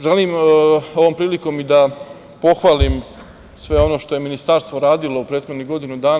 Želim ovom prilikom da pohvalim sve ono što je ministarstvo radilo u prethodnih godinu dana.